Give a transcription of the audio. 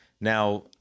Now